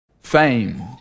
Fame